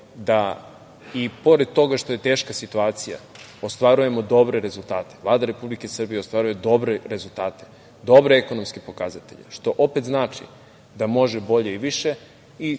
da i pored toga što je teška situacija, ostvarujemo dobre rezultate. Vlada Republike Srbije ostvaruje dobre rezultate, dobre ekonomske pokazatelje, što opet znači da može bolje i više